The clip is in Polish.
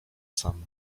sam